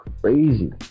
Crazy